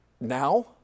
now